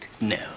No